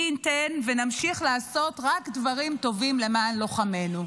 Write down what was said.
מי ייתן ונמשיך לעשות רק דברים טובים למען לוחמינו.